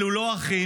אלו לא אחים,